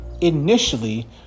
initially